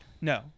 no